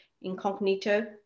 incognito